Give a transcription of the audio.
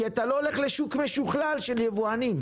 כי אתה לא הולך לשוק משוכלל של יבואנים,